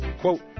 Quote